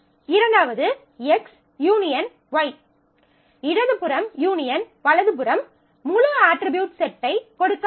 இரண்டாவது XUY இடது புறம் U வலது புறம் முழு அட்ரிபியூட் செட்டைக் கொடுக்க வேண்டும்